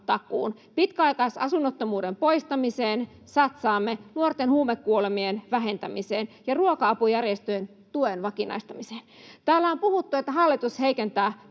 terapiatakuun. Pitkäaikaisasunnottomuuden poistamiseen satsaamme, nuorten huumekuolemien vähentämiseen ja ruoka-apujärjestöjen tuen vakinaistamiseen. Täällä on puhuttu, että hallitus heikentää